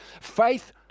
faith